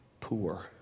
poor